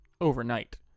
overnight